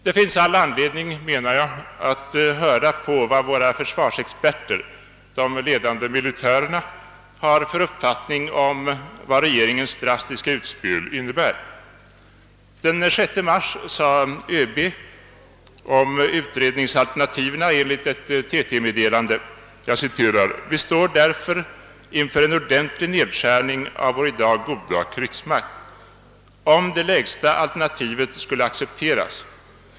Jag menar att det finns anledning att lyssna till vad våra försvarsexperter, de ledande militärerna, har för uppfattning om vad regeringens drastiska utspel innebär. Den 6 mars sade överbefälhavaren enligt ett TT-meddelande följande om utredningsalternativen: »Vi står därför inför en ordentlig nedskärning av vår i dag goda krigsmakt, om det lägsta alternativet skulle accepteras.